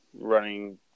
running